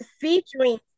featuring